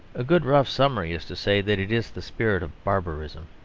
a good rough summary is to say that it is the spirit of barbarism